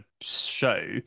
show